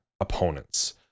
opponents